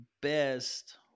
best